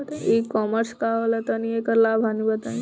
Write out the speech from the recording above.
ई कॉमर्स का होला तनि एकर लाभ हानि बताई?